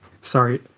sorry